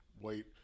Wait